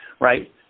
right